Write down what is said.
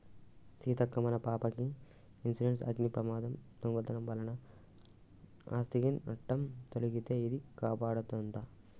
సీతక్క మన పాపకి ఇన్సురెన్సు అగ్ని ప్రమాదం, దొంగతనం వలన ఆస్ధికి నట్టం తొలగితే ఇదే కాపాడదంట